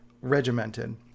regimented